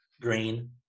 green